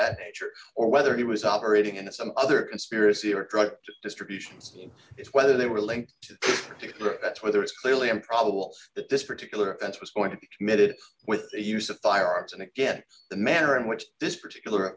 that nature or whether he was operating in some other conspiracy or drugged distributions whether they were linked to whether it's clearly improbable that this particular answer was going to be committed with the use of firearms and again the manner in which this particular